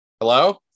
Hello